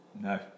No